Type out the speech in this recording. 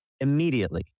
immediately